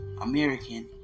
American